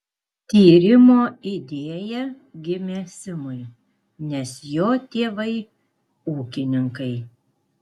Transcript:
tyrimo idėja gimė simui nes jo tėvai ūkininkai